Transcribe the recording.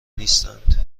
نیستند